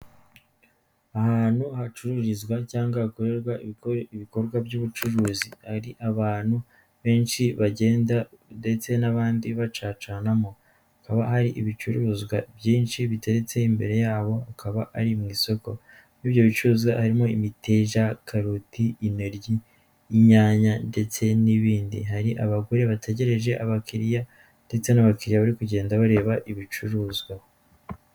Ahantu hacururizwa cyangwa hakorerwa ibikorwa by'ubucuruzi, hari abantu benshi bagenda ndetse n'abandi bacacanamo hakaba hari ibicuruzwav bitetse imbere yabo akaba ari mu isoko, muri ibyo bicuruzwa harimo imiteja, karoti, intoryi, inyanya ndetse n'ibindi, hari abagore bategereje abakiriya ndetse n'abakiriya bari kugenda bareba ibicuruzwa.